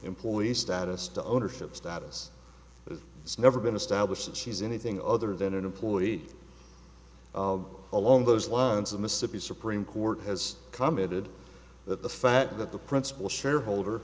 employee status to ownership status it's never been established that she's anything other than an employee along those lines of mississippi supreme court has commented that the fact that the principal shareholder